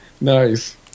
Nice